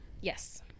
Yes